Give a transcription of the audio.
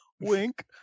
Wink